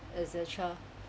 etcetera